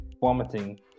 vomiting